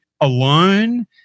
alone